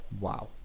Wow